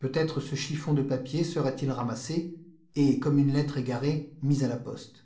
peut-être ce chiffon de papier serait-il ramassé et comme une lettre égarée mis à la poste